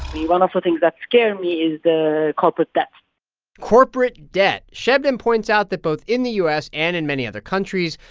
the things that scare me is the corporate debt corporate debt. sebnem points out that both in the u s. and in many other countries,